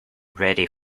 ready